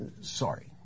Sorry